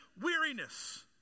weariness